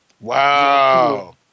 Wow